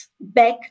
back